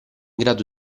grado